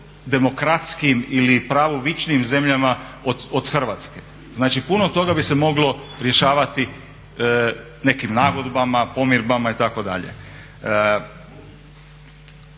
demokratskijim ili pravovičnijim zemljama od Hrvatske. znači puno toga bi se moglo rješavati nekim nagodbama, pomirbama itd.